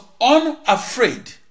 unafraid